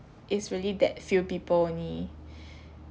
it's really that few people only